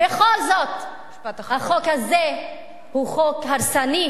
בכל זאת החוק הזה הוא חוק הרסני,